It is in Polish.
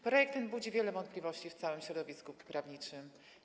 Projekt ten budzi wiele wątpliwości w całym środowisku prawniczym.